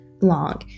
long